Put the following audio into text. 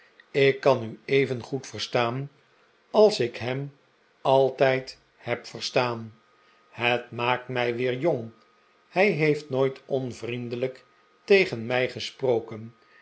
ik kan u even goed verstaan als ik hem altijd heb verstaan het maakt mij weerjong hij heeft nooit onvriendelijk tegen mij gesproken